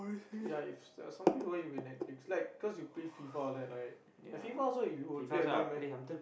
ya if there's something to watch it'll be Netflix like cause you play FIFA all that right that like FIFA also you will play alone meh